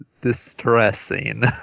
distressing